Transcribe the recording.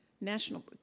national